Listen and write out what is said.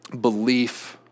belief